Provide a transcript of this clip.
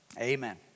amen